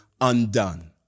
undone